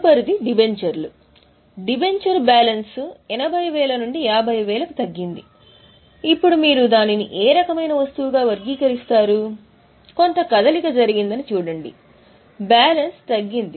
తదుపరిది డిబెంచర్లు debenture balance 80000 నుండి 51000 కు తగ్గింది ఇప్పుడు మీరు దానిని ఏ రకమైన వస్తువుగా వర్గీకరిస్తారు కొంత కదలిక జరిగిందని చూడండి బ్యాలెన్స్ తగ్గుతుంది